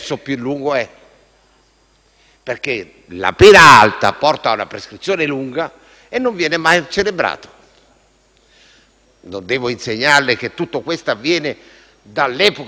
perché la pena alta porta a una prescrizione lunga e non viene mai celebrato. Non devo insegnare che tutto questo avviene dall'epoca del codice Rocco